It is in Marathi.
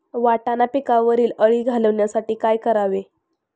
वाटाणा पिकावरील अळी घालवण्यासाठी काय करावे?